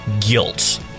Guilt